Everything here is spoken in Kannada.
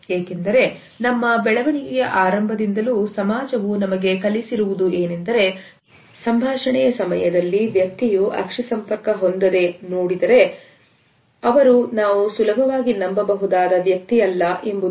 ಏಕೆಂದರೆ ನಮ್ಮ ಬೆಳವಣಿಗೆಯ ಆರಂಭದಿಂದಲೂ ಸಮಾಜವು ನಮಗೆ ಕಳಿಸಿರುವುದು ಏನೆಂದರೆ ಸಂಭಾಷಣೆಯ ಸಮಯದಲ್ಲಿ ವ್ಯಕ್ತಿಯು ಅಕ್ಷಿ ಸಂಪರ್ಕ ಹೊಂದಿದೆ ನೋಡಿದರೆ ಅವರು ನಾವು ಸುಲಭವಾಗಿ ನಂಬಬಹುದಾದ ವ್ಯಕ್ತಿ ಅಲ್ಲ ಎಂಬುದು